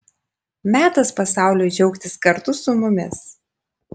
metas pasauliui džiaugtis kartu su mumis